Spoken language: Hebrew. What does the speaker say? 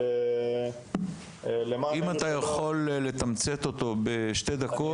אבל --- אם תוכל לתמצת אותו בשתי דקות,